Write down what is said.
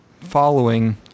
following